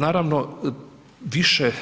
Naravno, više